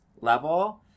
level